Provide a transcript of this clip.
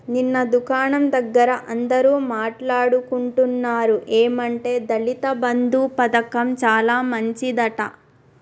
నిన్న దుకాణం దగ్గర అందరూ మాట్లాడుకుంటున్నారు ఏమంటే దళిత బంధు పథకం చాలా మంచిదట